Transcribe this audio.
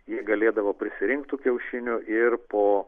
jie galėdavo prisirinkt tų kiaušinių ir po